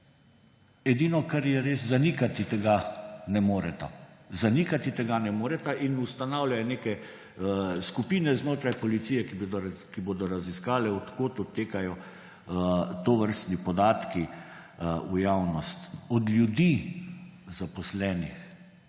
Edino, kar je res, zanikati tega ne moreta. Zanikati tega ne moreta. In ustanavljajo neke skupine znotraj policije, ki bodo raziskale, od kod odtekajo tovrstni podatki v javnost. Od ljudi, zaposlenih